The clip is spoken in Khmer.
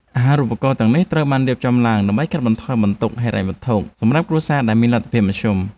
អាហារូបករណ៍ទាំងនេះត្រូវបានរៀបចំឡើងដើម្បីកាត់បន្ថយបន្ទុកហិរញ្ញវត្ថុសម្រាប់គ្រួសារដែលមានលទ្ធភាពមធ្យម។